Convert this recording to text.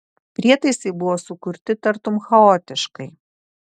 prietaisai buvo sukurti tartum chaotiškai